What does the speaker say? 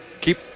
Keep